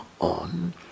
on